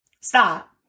Stop